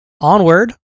Onward